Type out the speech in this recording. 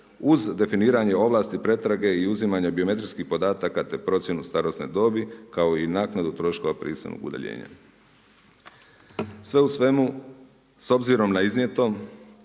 uz definiranje ovlasti pretrage i uzimanje biometrijskih podataka, te procjenu starosne dobi, kao i naknadu troškova prisilnog udaljenja. Sve u svemu, s obzirom na iznijeto,